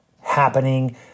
happening